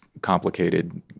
complicated